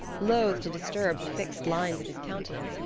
loath to disturb the fixed lines of his countenance,